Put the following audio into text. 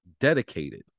dedicated